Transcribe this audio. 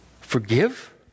Forgive